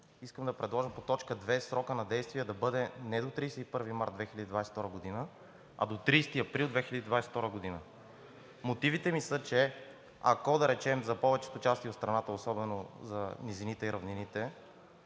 искам да предложа по т. 2 срокът на действие да бъде не до 31 март 2022 г., а до 30 април 2022 г. Мотивите ми са, че ако, да речем, за повечето части от страната, особено за низините и равнините,